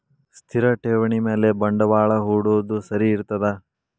ಸ್ಥಿರ ಠೇವಣಿ ಮ್ಯಾಲೆ ಬಂಡವಾಳಾ ಹೂಡೋದು ಸರಿ ಇರ್ತದಾ?